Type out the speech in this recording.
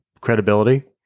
credibility